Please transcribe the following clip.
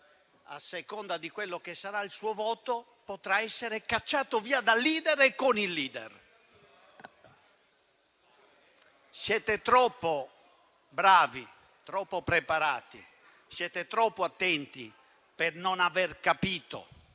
saranno la sua scelta e il suo voto, potrà essere cacciato via dal *leader* e con il *leader*? Siete troppo bravi, troppo preparati, troppo attenti per non aver capito